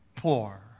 Poor